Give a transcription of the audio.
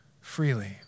freely